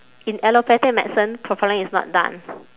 in allopathic medicine profiling is not done